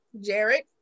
Jared